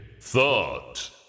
Thought